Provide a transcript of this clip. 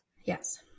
yes